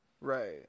Right